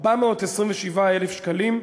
ו-427,000 שקלים.